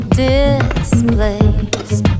displaced